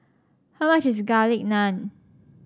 how much is Garlic Naan